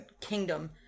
kingdom